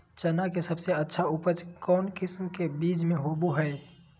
चना के सबसे अच्छा उपज कौन किस्म के बीच में होबो हय?